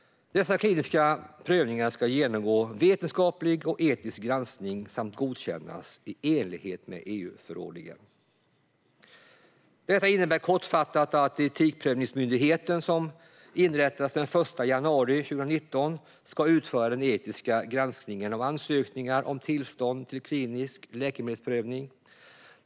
Dessa kliniska prövningar ska genomgå vetenskaplig och etisk granskning samt godkännas i enlighet med EU-förordningen. Detta innebär kortfattat att den etikprövningsmyndighet som kommer att inrättas den 1 januari 2019 ska utföra den etiska granskningen av ansökningar om tillstånd till klinisk läkemedelsprövning.